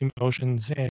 emotions